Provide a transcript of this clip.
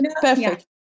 perfect